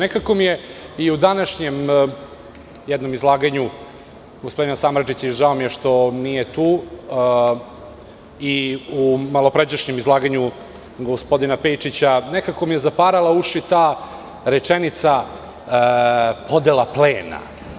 Nekako mi je i u današnjem jednom izlaganju gospodina Samardžića i žao mi je što nije tu, i u malopređašnjem izlaganju gospodina Pejčića, nekako mi je zaparala uši ta rečenica- podela plena.